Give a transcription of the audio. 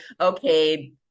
Okay